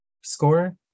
score